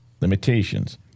Limitations